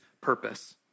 purpose